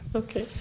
okay